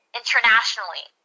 internationally